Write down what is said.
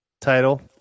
title